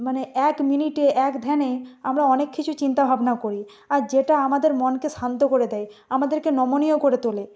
মানে এক মিনিটে এক ধ্যানে আমরা অনেক কিছু চিন্তা ভাবনা করি আর যেটা আমাদের মনকে শান্ত করে দেয় আমাদেরকে নমনীয় করে তোলে